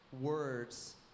words